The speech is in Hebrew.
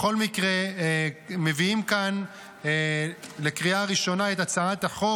בכל מקרה, מביאים כאן לקריאה ראשונה את הצעת החוק.